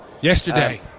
Yesterday